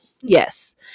yes